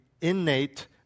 innate